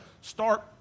start